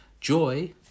joy